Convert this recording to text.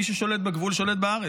מי ששולט בגבול שולט בארץ.